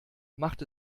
macht